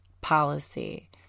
Policy